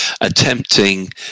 attempting